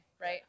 right